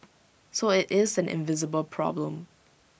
so IT is an invisible problem